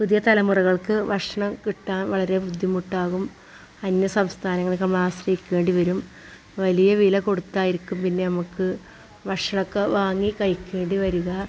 പുതിയ തലമുറകൾക്ക് ഭക്ഷണം കിട്ടാൻ വളരെ ബുദ്ധിമുട്ടാകും അന്യ സംസ്ഥാനങ്ങളെ നമ്മൾ ആശ്രയിക്കേണ്ടി വരും വലിയ വില കൊടുത്ത് ആയിരിക്കും പിന്നെ നമ്മൾക്ക് ഭഷണമൊക്കെ വാങ്ങി കഴിക്കേണ്ടി വരിക